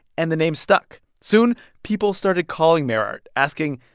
and the name stuck. soon, people started calling mayor art, asking,